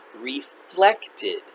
reflected